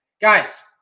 Guys